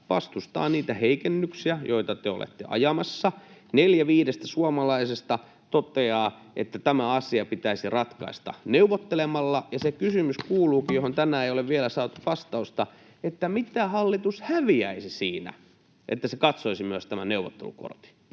vastustaa niitä heikennyksiä, joita te olette ajamassa. Neljä viidestä suomalaisesta toteaa, että tämä asia pitäisi ratkaista neuvottelemalla. Ja se kysymys, johon tänään ei ole vielä saatu vastausta, kuuluukin: mitä hallitus häviäisi siinä, että se katsoisi myös tämän neuvottelukortin?